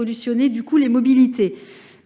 ainsi les mobilités.